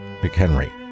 McHenry